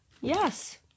Yes